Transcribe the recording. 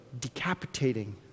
decapitating